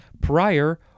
Prior